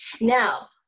Now